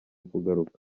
kugaruka